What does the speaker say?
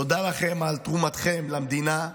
תודה לכם על תרומתכם למדינה,